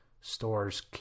stores